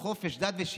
חופש, דת ושוויון,